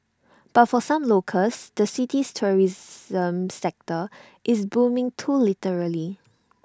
but for some locals the city's tourism sector is booming too literally